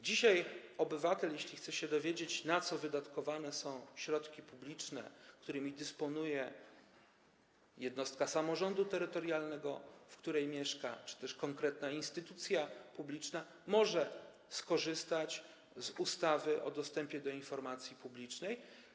Dzisiaj jeżeli obywatel chce się dowiedzieć, na co wydatkowane są środki publiczne, którymi dysponuje jednostka samorządu terytorialnego, w której mieszka, czy też konkretna instytucja publiczna, może skorzystać z zapisów ustawy o dostępie do informacji publicznej.